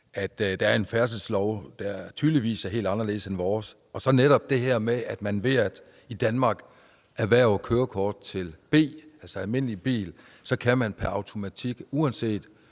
at der er en færdselslov, der tydeligvis er helt anderledes; og så netop det her med, at man ved at erhverve et kørekort B i Danmark, altså til almindelig bil, så pr. automatik, uanset